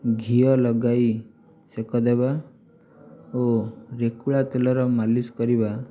ଘିଅ ଲଗାଇ ସେକ ଦେବା ଓ ରେକୁଳା ତେଲର ମାଲିସ୍ କରିବା